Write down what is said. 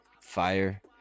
fire